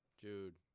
Jude